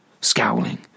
scowling